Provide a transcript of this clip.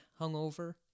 hungover